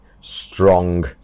strong